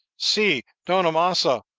see, don amasa,